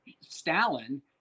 Stalin